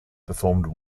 performed